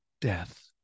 death